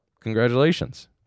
congratulations